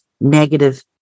negative